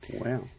Wow